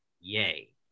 yay